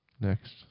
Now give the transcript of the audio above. Next